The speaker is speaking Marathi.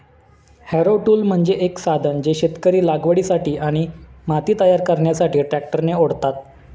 हॅरो टूल म्हणजे एक साधन जे शेतकरी लागवडीसाठी आणि माती तयार करण्यासाठी ट्रॅक्टरने ओढतात